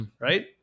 right